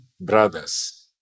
brothers